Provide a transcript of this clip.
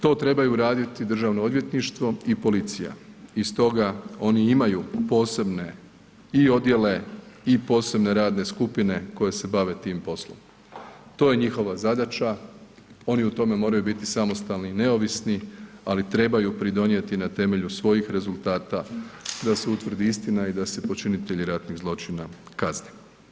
To trebaju radi Državno odvjetništvo i policija i stoga oni imaju posebne i odjele i posebne radne skupine koje se bave tim poslom, to je njihova zadaća, oni u tome moraju biti samostalni i neovisni, ali trebaju pridonijeti na temelju svojih rezultata da se utvrdi istina i da se počinitelji ratnih zločina kazne.